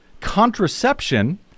contraception